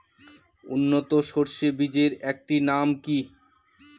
উন্নত সরষে বীজের একটি নাম কি?